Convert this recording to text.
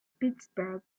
pittsburgh